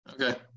Okay